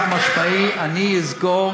אני יודע,